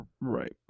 right